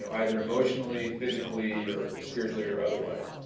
either emotionally, physically, or spiritually or otherwise?